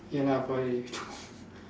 ya lah by